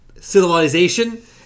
civilization